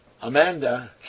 Amanda